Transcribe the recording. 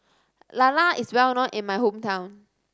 lala is well known in my hometown